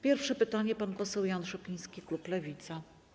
Pierwsze pytanie zada pan poseł Jan Szopiński, klub Lewica.